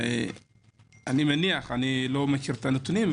אני מניח אני לא מכיר את הנתונים,